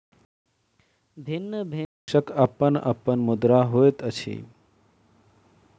भिन्न भिन्न देशक अपन अपन मुद्रा होइत अछि